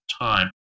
time